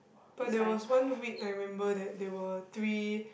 but there was one week I remember that there were three